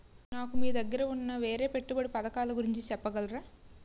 నాకు మీ దగ్గర ఉన్న వేరే పెట్టుబడి పథకాలుగురించి చెప్పగలరా?